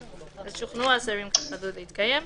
השרים) רשאים להכריז יחד,